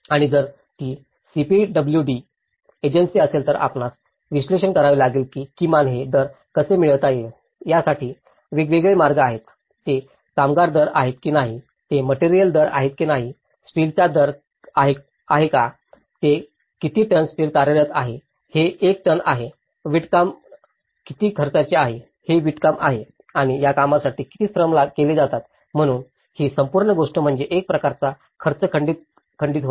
आणि जर ती सीपीडब्ल्यूडी एजन्सी असेल तर आपणास विश्लेषण करावे लागेल की किमान हे दर कसे मिळवता येतील यासाठी वेगवेगळे मार्ग आहेत ते कामगार दर आहेत की नाही ते मटेरियल दर आहे की नाही स्टीलचा दर आहे का हे किती टन स्टील कार्यरत आहे हे एक टन आहे वीटकाम किती खर्चाचे आहे हे वीटकाम आहे आणि या कामांसाठी किती श्रम केले जातात म्हणून ही संपूर्ण गोष्ट म्हणजे एक प्रकारचा खर्च खंडित होणे